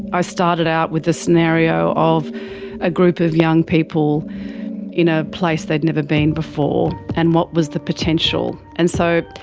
i started out with the scenario of a group of young people in a place they'd never been before, and what was the potential. and so